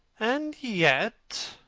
and yet,